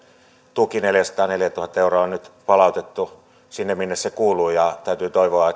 tuki neljäsataaneljätuhatta euroa on nyt palautettu sinne minne se kuuluu ja täytyy toivoa